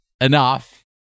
enough